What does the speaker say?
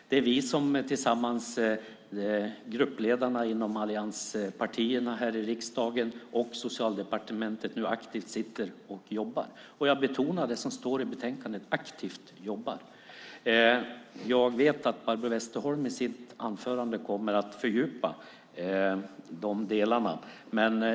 Det är gruppledarna inom allianspartierna här i riksdagen och Socialdepartementet som tillsammans nu sitter och jobbar aktivt. Jag betonar det som står i betänkandet: "aktivt jobbar". Jag vet att Barbro Westerholm i sitt anförande kommer att fördjupa de delarna.